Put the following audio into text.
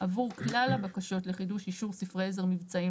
עבור כלל הבקשות לחידוש אישור ספרי עזר מבצעיים